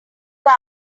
guy